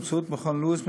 באמצעות מכון לואיס,